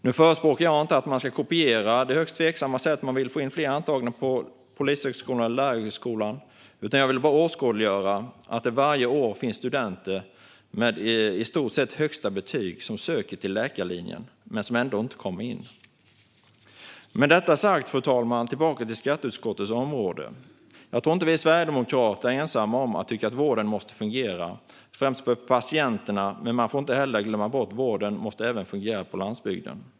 Nu förespråkar jag inte att man ska kopiera det högst tveksamma sättet att få in fler studenter på polis och lärarutbildningen, utan jag vill bara åskådliggöra att det varje år finns studenter med i stort sett högsta betyg som söker till läkarlinjen men ändå inte kommer in. Med detta sagt, fru talman, återgår jag till skatteutskottets område. Jag tror inte att vi sverigedemokrater är ensamma om att tycka att vården måste fungera på landsbygden, främst för patienternas skull.